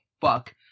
fuck